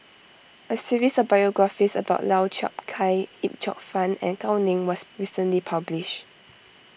a series of biographies about Lau Chiap Khai Yip Cheong Fun and Gao Ning was recently published